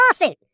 lawsuit